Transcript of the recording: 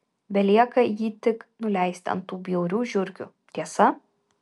belieka jį tik nuleisti ant tų bjaurių žiurkių tiesa